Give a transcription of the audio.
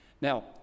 Now